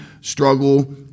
struggle